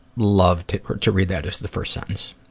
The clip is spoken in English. love to to read that as the first sentence.